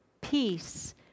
peace